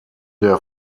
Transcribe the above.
der